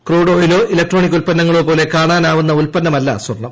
crude ഓയിലോ electronic ഉൽപ്പന്നങ്ങളോ പോലെ കാണാനാവുന്ന ഉൽപ്പന്നമല്ല സ്വർണ്ണം